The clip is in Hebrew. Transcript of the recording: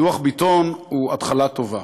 דוח ביטון הוא התחלה טובה.